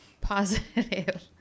positive